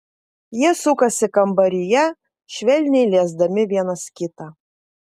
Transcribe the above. jie sukasi kambaryje švelniai liesdami vienas kitą